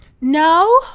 No